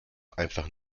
einfach